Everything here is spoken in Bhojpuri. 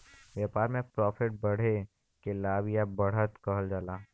व्यापार में प्रॉफिट बढ़े के लाभ या बढ़त कहल जाला